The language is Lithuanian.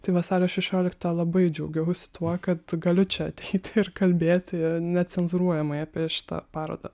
tai vasario šešioliktą labai džiaugiausi tuo kad galiu čia ateiti ir kalbėti necenzūruojamai apie šitą parodą